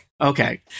Okay